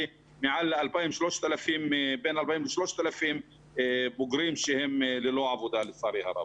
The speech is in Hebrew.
בין 2,000 ל-3,000 בוגרים שלצערי הרב הם ללא עבודה.